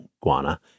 Guana